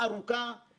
תודה מעומק הלב.